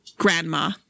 grandma